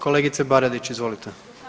Kolegice BAradić, izvolite.